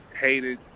hated